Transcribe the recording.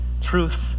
Truth